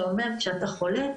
שאומר - כשאתה חולה,